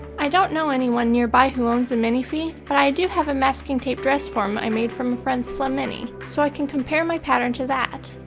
i don't know anyone nearby who owns a minifee, but i do have a masking tape dress form i made from a friend's slim mini, so i can compare my pattern to that.